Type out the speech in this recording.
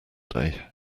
day